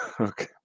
Okay